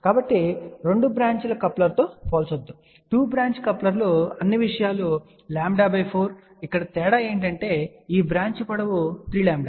కాబట్టి 2 బ్రాంచ్ ల కప్లర్తో పోల్చవద్దు 2 బ్రాంచ్ కప్లర్లు అన్ని విషయాలు λ4 ఇక్కడ తేడా ఏమిటంటే ఈ బ్రాంచ్ పొడవు 3 λ4